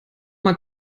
mal